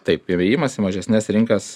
taip įėjimas į mažesnes rinkas